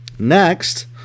Next